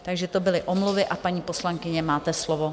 Takže to byly omluvy, a paní poslankyně, máte slovo.